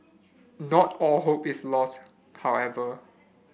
not all hope is lost however